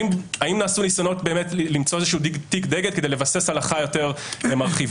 האם נעשו ניסיונות למצוא תיק דגל כדי לבסס הלכה יותר מרחיבה?